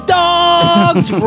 dog's